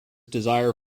desire